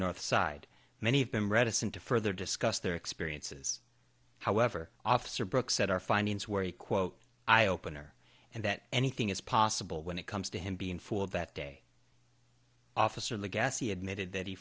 north side many of them reticent to further discuss their experiences however officer brooke said our findings were he quote eye opener and that anything is possible when it comes to him being for that day officer of the gas he admitted that he